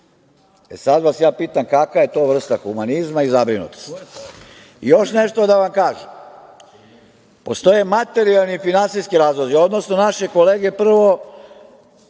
E, sad ja vas pitam kakva je to vrsta humanizma i zabrinutosti? Još nešto da vam kažem, postoje materijalni i finansijski razlozi, odnosno naše kolege, prvo